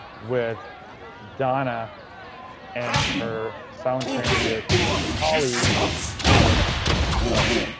with donna and her sound transit colleague alex ko.